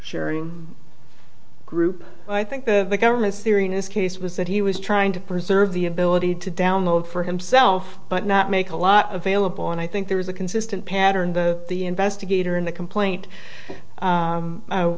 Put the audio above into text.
sharing group i think the government's serious case was that he was trying to preserve the ability to download for himself but not make a lot of vailable and i think there's a consistent pattern the the investigator in the complaint